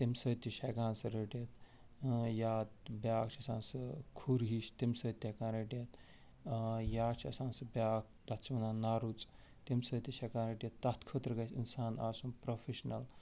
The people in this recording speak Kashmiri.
تَمہِ سۭتۍ تہِ چھُ ہٮ۪کان سُہ رٔٹِتھ یا بیٛاکھ چھُ آسان سُہ کھُر ہِش تَمہِ سۭتۍ تہِ ہٮ۪کان رٔٹِتھ یا چھُ آسان سُہ بیٛاکھ تتھ چھِ وَنان نارُژ تَمہِ سۭتۍ تہِ چھِ ہٮ۪کان رٔٹِتھ تتھ خٲطرٕ گَژھِ اِنسان آسُن پرٛوفیشنل